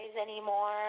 anymore